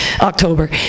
October